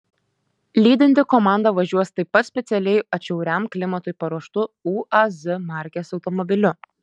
lydinti komanda važiuos taip pat specialiai atšiauriam klimatui paruoštu uaz markės automobiliu